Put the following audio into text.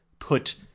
put